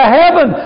heaven